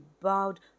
bowed